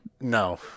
No